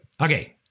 Okay